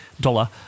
dollar